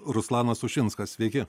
ruslanas ušinskas sveiki